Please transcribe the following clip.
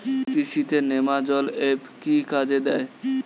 কৃষি তে নেমাজল এফ কি কাজে দেয়?